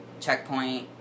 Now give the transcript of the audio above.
checkpoint